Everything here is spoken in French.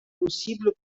possibles